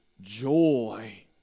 joy